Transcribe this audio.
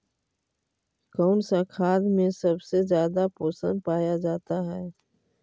कौन सा खाद मे सबसे ज्यादा पोषण पाया जाता है?